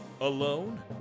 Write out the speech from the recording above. Alone